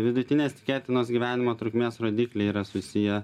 vidutinės tikėtinos gyvenimo trukmės rodikliai yra susiję